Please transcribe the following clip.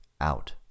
Out